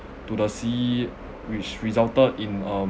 to the sea which resulted in um